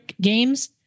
games